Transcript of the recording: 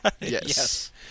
Yes